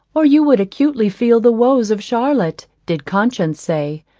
or you would acutely feel the woes of charlotte, did conscience say,